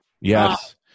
Yes